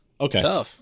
Okay